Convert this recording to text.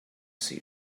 see